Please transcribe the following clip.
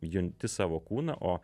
junti savo kūną o